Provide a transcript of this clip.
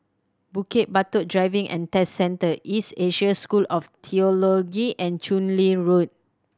Bukit Batok Driving and Test Centre East Asia School of Theology and Chu Lin Road